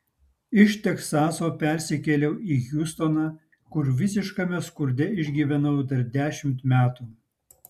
iš teksaso persikėliau į hjustoną kur visiškame skurde išgyvenau dar dešimt metų